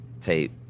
tape